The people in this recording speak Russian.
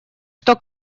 что